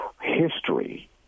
history